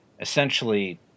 essentially